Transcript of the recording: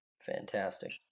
Fantastic